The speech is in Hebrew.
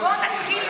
בוא נתחיל,